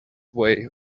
way